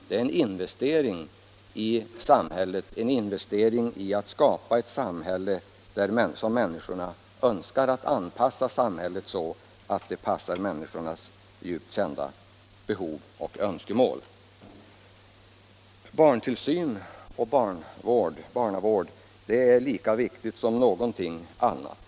Det är en investering i samhället, en investering som bidrar till att anpassa samhället så att det svarar mot människornas djupt kända behov och önskemål. Barntillsyn och barnavård är lika viktigt som någonting annat.